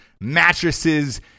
mattresses